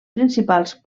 principals